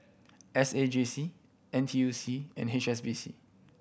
S A J C N T U C and H S B C